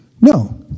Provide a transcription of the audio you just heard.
No